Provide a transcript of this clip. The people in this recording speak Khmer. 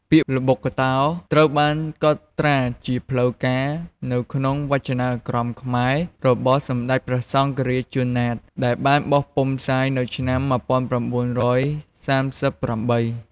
ពាក្យ ល្បុក្កតោ ត្រូវបានកត់ត្រាជាផ្លូវការនៅក្នុងវចនានុក្រមខ្មែររបស់សម្ដេចព្រះសង្ឃរាជ ជួន ណាត ដែលបានបោះពុម្ពផ្សាយនៅឆ្នាំ១៩៣៨។